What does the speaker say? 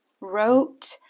wrote